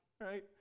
right